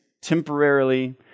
temporarily